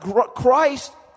Christ